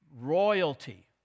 royalty